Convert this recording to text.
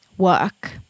work